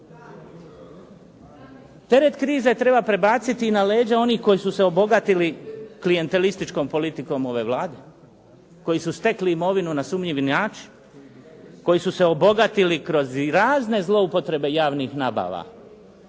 Teret krize treba prebaciti na leđa onih koji su se obogatili klijentelističkom politikom ove Vlade, koji su stekli imovinu na sumnjivi način, koji su se obogatili kroz razne zloupotrebe javnih nabava.